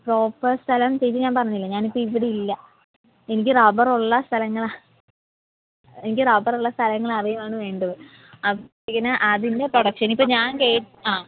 proper സ്ഥലം ചേച്ചി ഞാൻ പറഞ്ഞില്ലേ ഞാനിപ്പം ഇവിടെ ഇല്ല എനിക്ക് റബ്ബർ ഉള്ള സ്ഥലങ്ങളാണ് എനിക്ക് റബ്ബർ ഉള്ള സ്ഥലങ്ങൾ അറിയുവാണ് വേണ്ടത് അപ് പിന്നെ അതിൻ്റെ പ്രൊഡക്ഷൻ ഇപ്പോൾ ഞാൻ കേ ആ